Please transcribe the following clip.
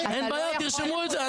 אין בעיה, תרשמו את זה.